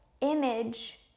image